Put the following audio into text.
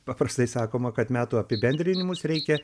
paprastai sakoma kad metų apibendrinimus reikia